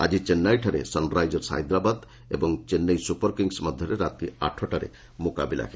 ଆକି ଚେନ୍ନାଇଠାରେ ସନ୍ରାଇଜର୍ସ ହାଇଦରାବାଦ ଏବଂ ଚେନ୍ନାଇ ସୁପର୍ କିଙ୍ଗ୍ ମଧ୍ୟରେ ମୁକାବିଲା ହେବ